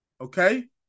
Okay